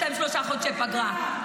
יש להם שלושה חודשי פגרה.